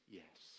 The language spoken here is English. yes